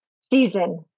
season